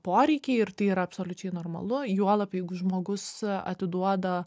poreikiai ir tai yra absoliučiai normalu juolab jeigu žmogus atiduoda